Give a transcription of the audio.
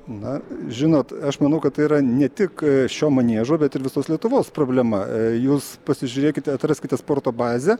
na žinot aš manau kad tai yra ne tik šio maniežo bet ir visos lietuvos problema jūs pasižiūrėkite atraskite sporto bazę